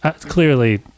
clearly